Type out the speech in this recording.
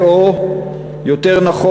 או נכון יותר,